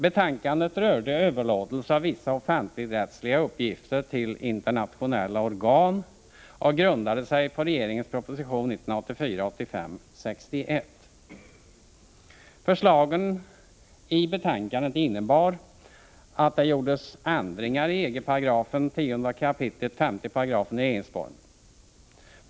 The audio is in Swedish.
Betänkandet rörde överlåtelse av vissa offentligrättsliga uppgifter till internationella organ och grundade sig på regeringens proposition 1984/85:61. Förslagen i betänkandet innebar att det gjordes ändringar i EG-paragrafen, 10 kap. 5 § regeringsformen.